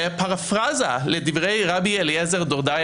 בפרפראזה לדברי רבי אליעזר דורדיא